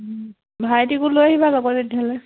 ভাইটিকো লৈ আহিবা লগত তেতিয়াহ'লে